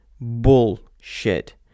Bullshit